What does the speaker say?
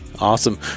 Awesome